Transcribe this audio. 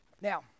Now